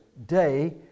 day